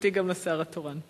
התנצלותי גם לשר התורן.